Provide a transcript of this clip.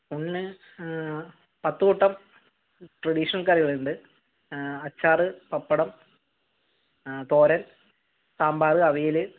ഊണിന് പത്തുകൂട്ടം ട്രഡീഷണൽ കറികൾ ഇണ്ട് അച്ചാർ പപ്പടം തോരൻ സാമ്പാർ അവിയൽ